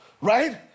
right